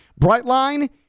Brightline